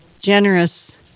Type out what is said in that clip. generous